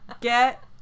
Get